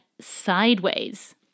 sideways